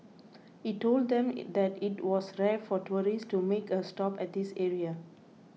he told them it that it was rare for tourists to make a stop at this area